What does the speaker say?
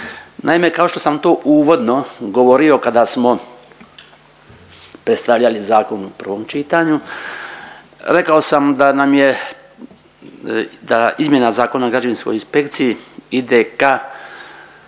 Naime kao što sam to uvodno govorio kada smo predstavljali zakon u prvom čitanju, rekao sam da nam je, da izmjena Zakona o građevinskoj inspekciji ide ka